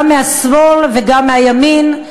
גם מהשמאל וגם מהימין,